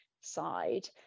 side